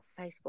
Facebook